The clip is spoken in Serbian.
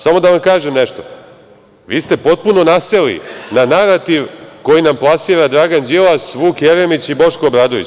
Samo da vam kažem nešto, vi ste potpuno naseli na narativ koji nam plasira Dragan Đilas, Vuk Jeremić i Boško Obradović.